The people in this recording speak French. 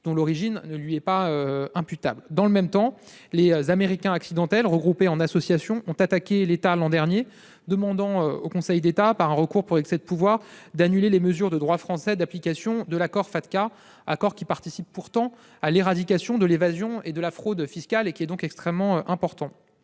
dont l'origine ne lui est pas imputable. Dans le même temps, les Américains accidentels, regroupés en association, ont attaqué l'État l'an dernier, demandant au Conseil d'État, par un recours pour excès de pouvoir, d'annuler les mesures de droit français d'application de l'accord Fatca, accord extrêmement important qui participe à l'éradication de l'évasion et de la fraude fiscales. Le Gouvernement, quant